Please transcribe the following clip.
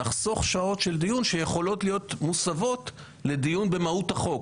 נחסוך שעות של דיון שיכולות להיות מוסבות לדיון במהות החוק.